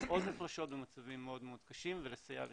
מוחלשות במצבים מאוד קשים ולסייע לשתיהן.